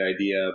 idea